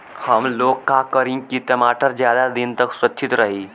हमलोग का करी की टमाटर ज्यादा दिन तक सुरक्षित रही?